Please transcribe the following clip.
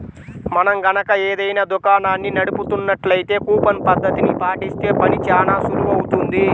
మనం గనక ఏదైనా దుకాణాన్ని నడుపుతున్నట్లయితే కూపన్ పద్ధతిని పాటిస్తే పని చానా సులువవుతుంది